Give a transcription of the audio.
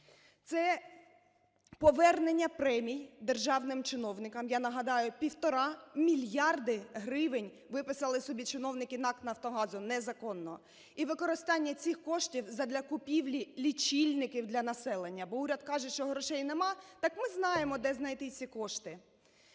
це повернення премій державним чиновникам. Я нагадаю, півтора мільярди гривень виписали собі чиновники НАК "Нафтогаз" незаконно, і використання цих коштів задля купівлі лічильників для населення, бо уряд каже, що грошей немає, так ми знаємо, де знайти ці кошти.